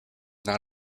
not